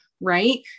right